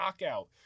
knockout